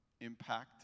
impact